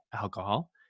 alcohol